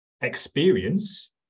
experience